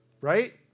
right